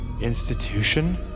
Institution